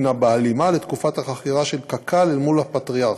בהלימה לתקופת החכירה של קק"ל אל מול הפטריארך.